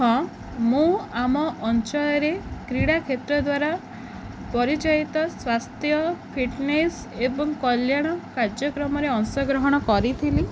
ହଁ ମୁଁ ଆମ ଅଞ୍ଚଳରେ କ୍ରୀଡ଼ା କ୍ଷେତ୍ର ଦ୍ୱାରା ପରିଚୟିତ ସ୍ୱାସ୍ଥ୍ୟ ଫିଟ୍ନେସ୍ ଏବଂ କଲ୍ୟାଣ କାର୍ଯ୍ୟକ୍ରମରେ ଅଂଶଗ୍ରହଣ କରିଥିଲି